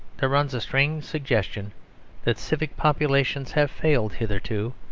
there runs a strange suggestion that civic populations have failed hitherto,